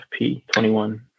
FP21